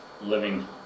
living